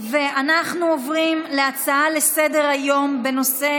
אנחנו עוברים להצעה לסדר-היום מס'